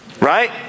right